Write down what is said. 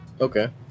Okay